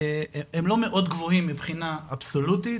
הם לא מאוד גבוהים מבחינה אבסולוטית,